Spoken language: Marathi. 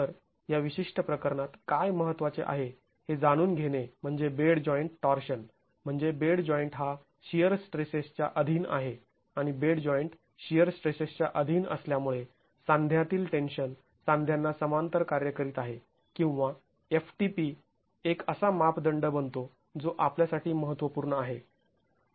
तर या विशिष्ट प्रकरणात काय महत्त्वाचे आहे हे जाणून घेणे म्हणजे बेड जॉईंट टॉर्शन म्हणजे बेड जॉईंट हा शिअर स्ट्रेसेसच्या अधीन आहे आणि बेड जॉईंट शिअर स्ट्रेसेसच्या अधीन असल्यामुळे सांध्यांतील टेंशन सांध्यांना समांतर कार्य करीत आहे किंवा ftp एक असा मापदंड बनतो जो आपल्यासाठी महत्त्वपूर्ण आहे